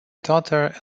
daughter